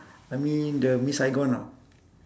I mean the miss saigon ah